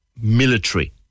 military